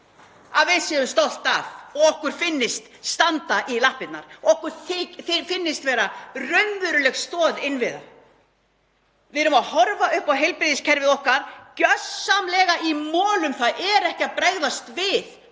að við séum stolt af og okkur finnst standa í lappirnar og okkur finnst vera raunveruleg stoð innviða? Við erum að horfa upp á heilbrigðiskerfið okkar gjörsamlega í molum. Það er ekki að bregðast við